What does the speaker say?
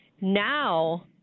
Now